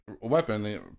weapon